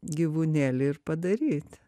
gyvūnėlį ir padaryt